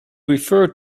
referred